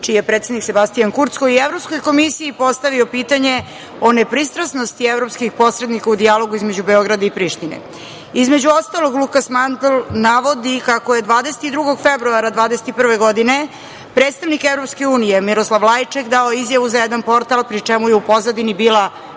čiji je predsednik Sebastijan Kurc, koji je Evropskoj komisiji postavio pitanje o nepristrasnosti evropskih posrednika u dijalogu između Beograda i Prištine. Između ostalog, Lukas Mandl navodi kako je 22. februara 2021. godine predstavnik EU Miroslav Lajček dao izjavu za jedan portal, pri čemu je u pozadini bila